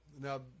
Now